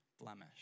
blemish